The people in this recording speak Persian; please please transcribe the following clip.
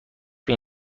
بین